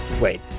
Wait